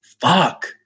fuck